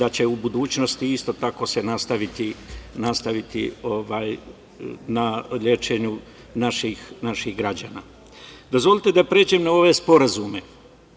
da će u budućnosti isto tako se nastaviti na lečenju naših građana. Dozvolite da pređem na ove sporazume.